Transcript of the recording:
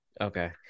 Okay